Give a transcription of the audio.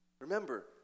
Remember